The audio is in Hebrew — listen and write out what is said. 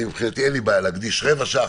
מבחינתי אין לי בעיה להקדיש רבע שעה,